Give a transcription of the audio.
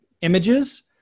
images